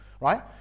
Right